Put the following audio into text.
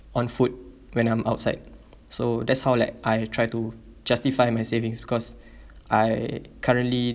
on food when I'm outside so that's how like I try to justify my savings because I currently